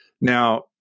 Now